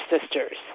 sisters